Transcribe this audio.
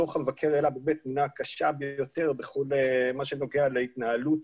דוח המבקר העלה באמת תמונה קשה ביותר בכל מה שנוגע להתנהלות